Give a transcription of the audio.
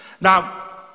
Now